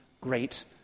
Great